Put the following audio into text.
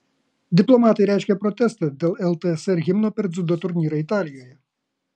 diplomatai reiškia protestą dėl ltsr himno per dziudo turnyrą italijoje